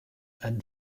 and